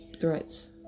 threats